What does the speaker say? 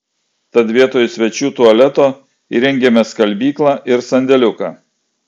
tad vietoj svečių tualeto įrengėme skalbyklą ir sandėliuką